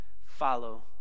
follow